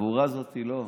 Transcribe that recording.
החבורה הזאת, לא,